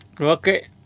Okay